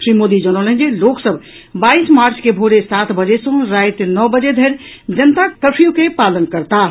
श्री मोदी जनौलनि जे लोक सभ बाईस मार्च के भोरे सात बजे सॅ राति नओ बजे धरि जनता कर्फ्यू के पालन करताह